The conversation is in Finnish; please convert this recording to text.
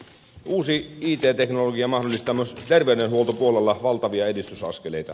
uusi it teknologia mahdollistaa myös terveydenhuoltopuolella valtavia edistysaskeleita